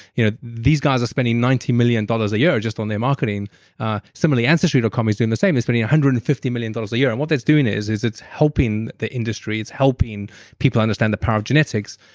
you know these guys are spending ninety million dollars a year just on their marketing similarly, ancestry dot com is doing the same. they're spending one hundred and fifty million dollars a year, and what's that's doing is, is it's helping the industry. it's helping people understand the power of genetics.